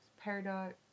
Paradox